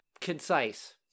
concise